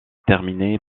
terminé